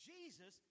Jesus